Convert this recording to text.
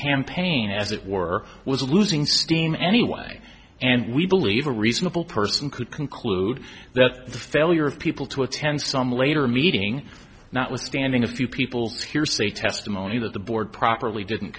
campaign as it were was losing steam anyway and we believe a reasonable person could conclude that the failure of people to attend some later meeting notwithstanding a few people here say testimony that the board properly didn't